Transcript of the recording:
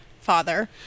father